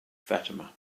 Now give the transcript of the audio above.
fatima